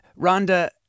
Rhonda